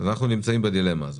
אנחנו בדילמה הזאת.